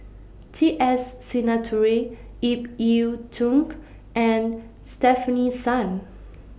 T S Sinnathuray Ip Yiu Tung and Stefanie Sun